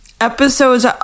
episode's